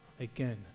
Again